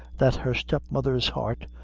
that her step-mother's heart,